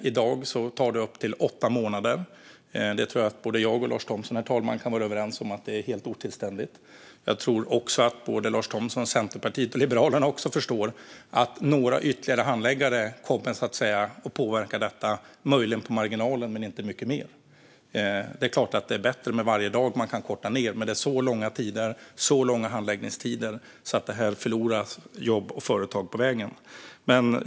I dag tar det upp till åtta månader. Jag tror att Lars Thomsson och jag kan vara överens om att det är helt otillständigt, herr talman. Jag tror också att Lars Thomsson och Centerpartiet, och även Liberalerna, förstår att några ytterligare handläggare möjligen kan påverka detta på marginalen men inte mycket mer. Det är klart att det blir bättre för varje dag vi kan korta ned handläggningstiderna med, men de är ändå så långa att jobb och företag förloras på vägen.